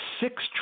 Six